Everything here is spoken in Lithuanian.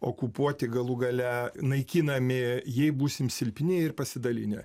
okupuoti galų gale naikinami jei būsim silpni ir pasidalinę